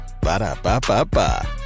Ba-da-ba-ba-ba